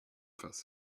first